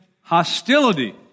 hostility